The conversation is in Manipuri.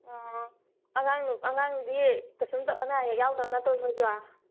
ꯑꯣ ꯑꯉꯥꯡ ꯑꯉꯥꯡꯗꯤ ꯀꯩꯁꯨꯝꯗ ꯑꯅꯥ ꯑꯌꯦꯛ ꯌꯥꯎꯗꯕ ꯅꯠꯇ꯭ꯔꯣ ꯅꯣꯏꯁꯨ